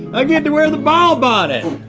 i get to wear the ball bonnet.